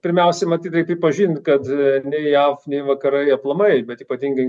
pirmiausia matyt reik pripažint kad nei jav nei vakarai aplamai bet ypatingai